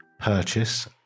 Purchase